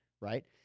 right